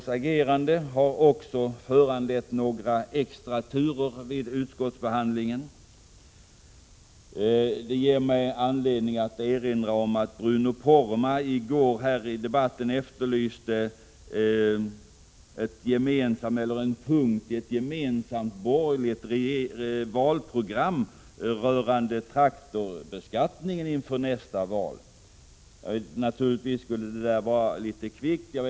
Vpk:s agerande har också föranlett några extra turer vid utskottsbehandlingen. Detta ger mig anledning att erinra om att Bruno Poromaa i gårdagens debatt om traktorskatten efterlyste ett gemensamt borgerligt förslag rörande denna skatt inför nästa val. Det skulle naturligtvis vara kvickt sagt.